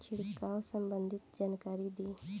छिड़काव संबंधित जानकारी दी?